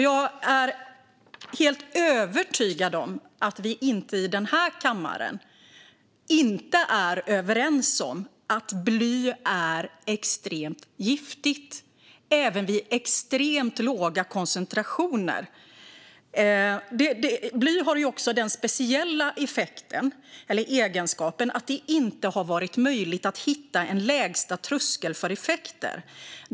Jag är helt övertygad om att vi i den här kammaren är överens om att bly är extremt giftigt även vid extremt låga koncentrationer. Bly har också den speciella egenskapen att det inte har varit möjligt att hitta en lägsta tröskel för effekter.